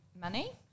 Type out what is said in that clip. money